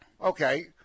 Okay